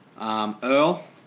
Earl